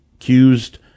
accused